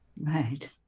Right